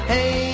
Hey